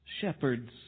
shepherds